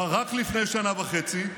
אבל רק לפני שנה וחצי,